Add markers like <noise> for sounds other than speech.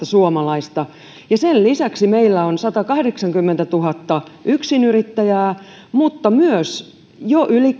<unintelligible> suomalaista sen lisäksi meillä on satakahdeksankymmentätuhatta yksinyrittäjää mutta myös jo yli <unintelligible>